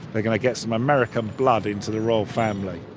they're going to get some american blood into the royal family,